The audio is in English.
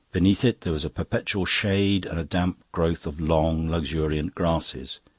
beneath it there was a perpetual shade and a damp growth of long, luxuriant grasses.